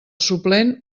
suplent